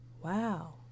Wow